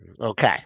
Okay